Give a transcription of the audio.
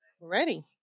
Ready